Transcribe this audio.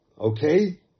Okay